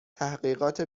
تحقیقات